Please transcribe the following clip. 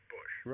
Bush